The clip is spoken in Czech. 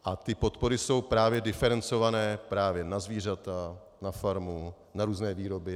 A ty podpory jsou právě diferencované právě na zvířata, na farmu, na různé výroby atd.